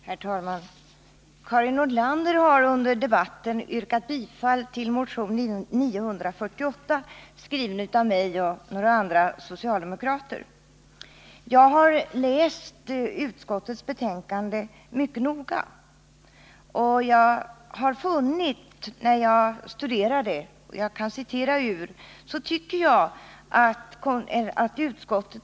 Herr talman! Karin Nordlander har under debatten yrkat bifall till motion 948 av mig och några andra socialdemokrater. Jag harläst utskottets betänkande nr 54 mycket noga, och jag har funnit att utskottet ganska väl har tillmötesgått motionens syfte.